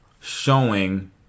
Showing